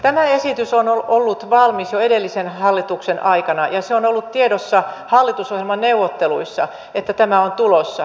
tämä esitys on ollut valmis jo edellisen hallituksen aikana ja on ollut tiedossa hallitusohjelmaneuvotteluissa että tämä on tulossa